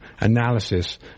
analysis